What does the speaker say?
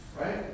right